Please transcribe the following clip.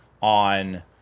on